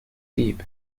deep